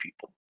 people